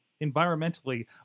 environmentally